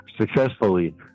successfully